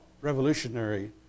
revolutionary